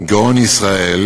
שגאון ישראל